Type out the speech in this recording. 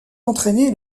entraîné